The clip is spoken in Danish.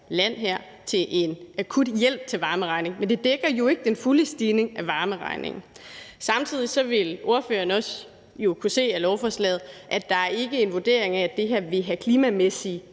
land til en akut hjælp til varmeregningen, men det dækker jo ikke den fulde stigning af varmeregningen. Samtidig vil ordføreren jo også kunne se af lovforslaget, at der ikke er en vurdering af, at det her vil have klimamæssigt